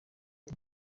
ari